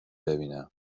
ببینم